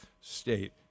state